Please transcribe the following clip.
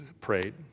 prayed